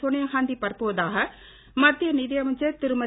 சோனியாகாந்தி பரப்புவதாக மத்திய நிதியமைச்சர் திருமதி